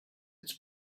its